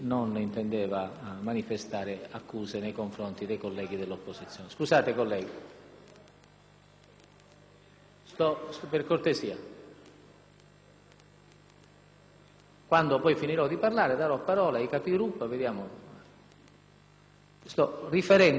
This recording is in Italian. Per cortesia, quando avrò finito di parlare darò la parola ai Capigruppo. Sto riferendo all'Aula il contenuto di alcuni passaggi della Conferenza dei Capigruppo. È mio dovere e intendo farlo.